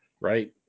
right